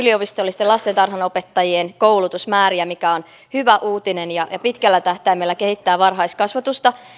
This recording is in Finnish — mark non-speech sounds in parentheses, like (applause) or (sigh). (unintelligible) yliopistollisten lastentarhanopettajien koulutusmääriä mikä on hyvä uutinen ja ja pitkällä tähtäimellä kehittää varhaiskasvatusta